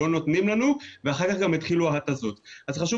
לא נותנים לנו ואחר כך גם התחילו התזות' אז חשוב